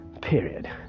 period